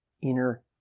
inner